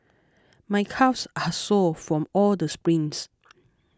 my calves are sore from all the sprints